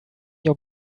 your